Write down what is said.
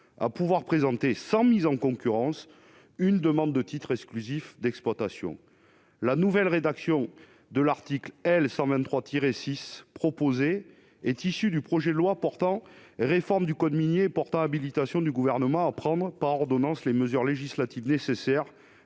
à pouvoir présenter, sans mise en concurrence, une demande de titre exclusif d'exploitation. La nouvelle rédaction de l'article L 132-6 du code minier dérive d'un article du projet de loi portant réforme du code minier et portant habilitation du Gouvernement à prendre par ordonnance les mesures législatives nécessaires